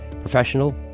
Professional